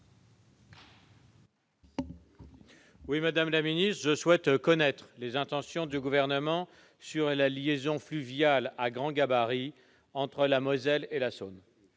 Madame la ministre, je souhaite connaître les intentions du Gouvernement sur la liaison fluviale à grand gabarit entre la Moselle et la Saône,